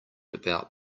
about